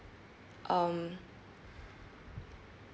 um